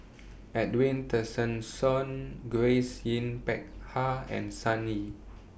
Edwin Tessensohn Grace Yin Peck Ha and Sun Yee